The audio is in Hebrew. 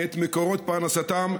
ואת מקורות פרנסתם,